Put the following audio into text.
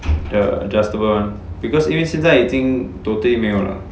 the adjustable [one] because 因为现在已经 totally 没有了